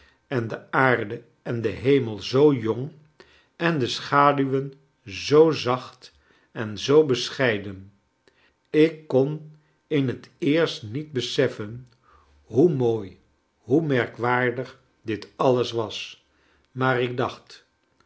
en de aarde en de hemel zoo jong en de schaduwen zoo zacht en zoo bescheiden ik kon in het eerst niet beseffen hoe mooi hoe merkwaardig dit alles was maar ik dacht